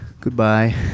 Goodbye